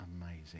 Amazing